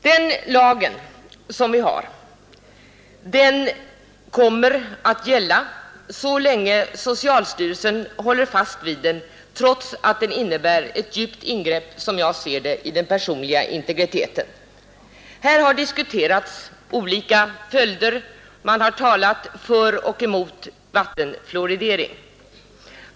Den lag som vi har kommer att gälla så länge vi håller fast vid den, trots att den innebär ett djupt ingrepp, som jag ser det, i den personliga integriteten. Här har diskuterats olika följder. Man har talat för och emot vattenfluoridering.